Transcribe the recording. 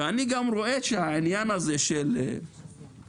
ואני גם רואה את העניין הזה של ההפרדה